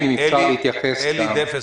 בבקשה.